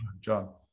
John